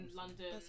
london